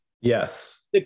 Yes